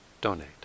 donate